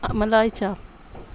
ملائچا